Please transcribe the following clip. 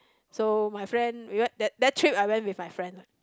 so my friend we went that that trip I went with my friend lah